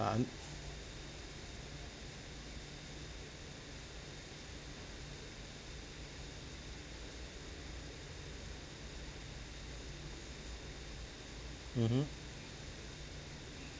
un~ mmhmm